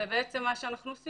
וברגע שלא נותנים להם